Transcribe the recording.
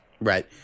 Right